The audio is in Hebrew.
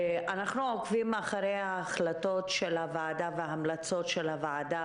אנחנו עוקבים אחרי ההחלטות וההמלצות של הוועדה